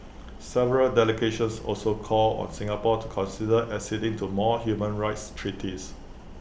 several delegations also called on Singapore to consider acceding to more human rights treaties